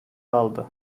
aldı